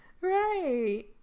Right